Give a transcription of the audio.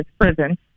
prison